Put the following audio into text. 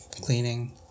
cleaning